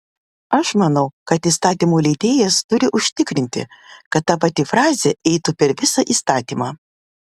aš manau kad įstatymų leidėjas turi užtikrinti kad ta pati frazė eitų per visą įstatymą